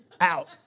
out